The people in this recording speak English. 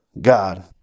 God